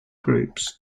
groups